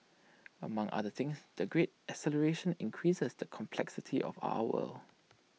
among other things the great acceleration increases the complexity of our world